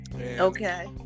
okay